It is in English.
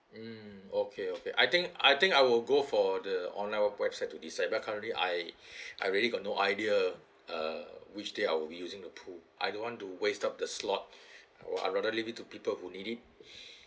mm okay okay I think I think I will go for the online web~ website to decide because currently I I really got no idea uh which day I will using the pool I don't want to waste up the slot I rather leave it to people who need it